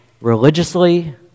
religiously